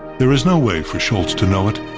there is no way for shultz to know it,